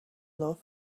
love